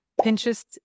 Pinterest